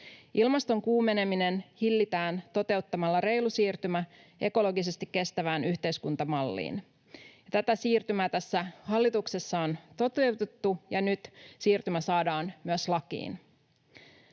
Ilmaston kuumeneminen hillitään toteuttamalla reilu siirtymä ekologisesti kestävään yhteiskuntamalliin. Tätä siirtymää tässä hallituksessa on toteutettu, ja nyt siirtymä saadaan myös lakiin.